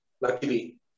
luckily